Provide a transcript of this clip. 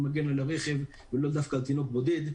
הוא מגן על הרכב ולאו דווקא על תינוק בודד.